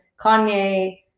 Kanye